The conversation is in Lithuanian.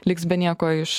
liks be nieko iš